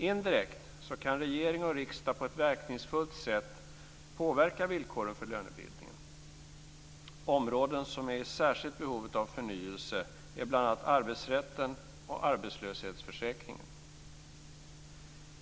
Indirekt kan regering och riksdag på ett verkningsfullt sätt påverka villkoren för lönebildningen. Områden som är i särskilt behov av förnyelse är bl.a. arbetsrätten och arbetslöshetsförsäkringen.